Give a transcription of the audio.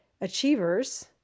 achievers